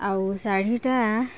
ଆଉ ଶାଢ଼ୀଟା